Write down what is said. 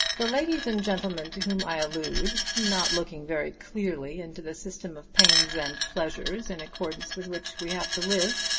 the ladies and gentlemen to whom i allude, not looking very clearly into the systems of pains and pleasures in accordance with which we have to live,